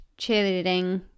cheerleading